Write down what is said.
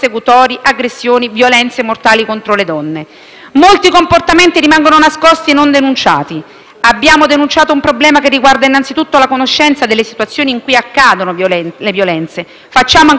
Molti comportamenti rimangono nascosti o non denunciati. Abbiamo denunciato un problema che riguarda innanzitutto la conoscenza delle situazioni in cui le violenze accadono, facciamo ancora troppa fatica a risalire alle dinamiche che ne sono all'origine.